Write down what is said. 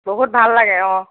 বহুত ভাল লাগে অঁ